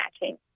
matching